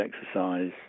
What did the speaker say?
exercise